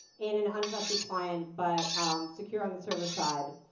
in an untrusted client but secure on the server side.